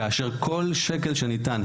כאשר כל שקל שניתן,